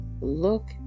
look